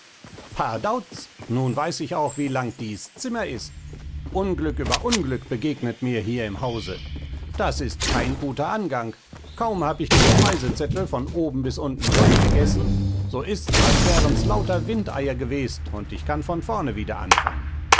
pardauz nun weiß ich auch wie lang dieß zimmer ist unglück über unglück begegnet mir hier im hause das ist kein guter angang kaum hab ich den speisezettel von oben bis unten durchgegeßen so ists als wärens lauter windeier gewest und ich kann von vorne wieder anfangen